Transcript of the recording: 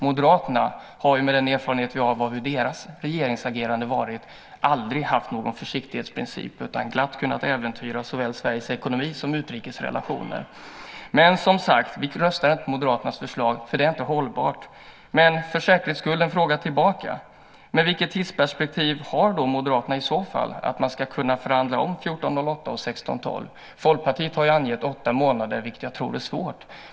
Moderaterna har, med den erfarenhet vi har av deras regeringsagerande, aldrig haft någon försiktighetsprincip utan har glatt kunnat äventyra såväl Sveriges ekonomi som utrikesrelationer. Som sagt röstar vi inte för Moderaternas förslag, för det är inte hållbart. Men för säkerhets skull en fråga tillbaka: Vilket tidsperspektiv har Moderaterna i så fall för att man ska kunna förhandla om 1408 och 1612? Folkpartiet har angett åtta månader, vilket jag tror blir svårt.